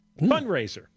fundraiser